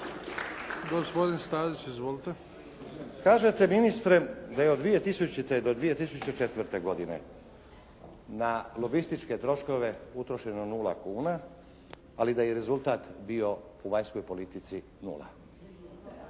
Izvolite. **Stazić, Nenad (SDP)** Kažete ministre da je od 2000. do 2004. godine na lobističke troškove utrošeno nula kuna, ali da je i rezultat bio u vanjskoj politici nula.